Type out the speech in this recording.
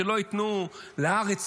שלא ייתנו להארץ